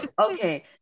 Okay